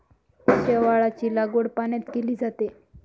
शेवाळाची लागवड पाण्यात केली जाते